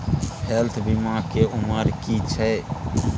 Health बीमा के उमर की छै?